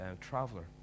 traveler